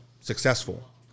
successful